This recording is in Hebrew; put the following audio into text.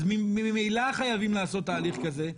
אז ממילא חייבים לעשות תהליך כזה,